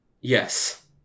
Yes